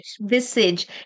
visage